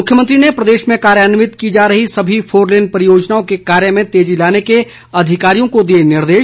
मुख्यमंत्री ने प्रदेश में कार्यान्वित की जा रही सभी फोरलेन परियोजनाओं के कार्य में तेजी लाने के अधिकारियों को दिए निर्देश